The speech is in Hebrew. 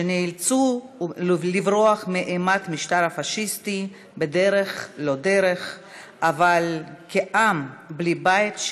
שנאלצו לברוח מאימת המשטר הפאשיסטי בדרך לא דרך אבל כעם בלי בית,